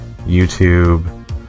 youtube